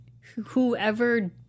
whoever